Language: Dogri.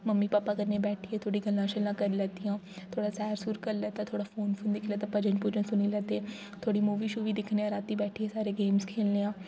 मम्मी भापा कन्नै बैठिये थोह्ड़ी गल्लां शल्लां करी लैतियां थोह्ड़ा सैर सूर करी लैता थोह्ड़ा फ़ोन फून दिक्खी लैता भजन भूजन सुनी लैता ते थोह्ड़ी मूवी शूवी दिक्खनेआं रातीं बैठिये सारे गेम्स खेल्लने आं